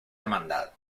hermandad